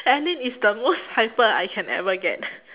alyn is the most hyper I can ever get